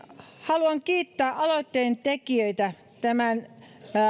haluan kiittää aloitteen tekijöitä tämän